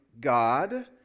God